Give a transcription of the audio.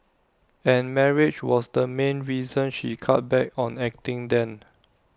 and marriage was the main reason she cut back on acting then